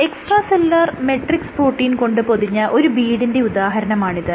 extra cellular matrix protein കൊണ്ട് പൊതിഞ്ഞ ഒരു ബീഡിന്റെ ഉദാഹരണമാണിത്